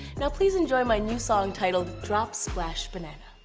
now please enjoy my new song titled drop, splash, banana.